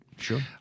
Sure